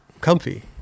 comfy